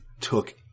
took